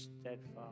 steadfast